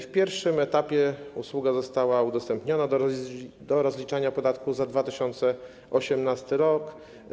W pierwszym etapie usługa została udostępniona w celu rozliczania podatku za 2018 r.